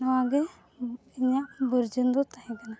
ᱱᱚᱣᱟ ᱜᱮ ᱤᱧᱟᱹᱜ ᱵᱩᱡᱩᱱ ᱫᱚ ᱛᱟᱦᱮᱸ ᱠᱟᱱᱟ